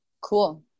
Cool